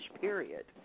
period